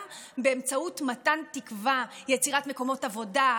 באמצעות מתן תקווה: יצירת מקומות עבודה,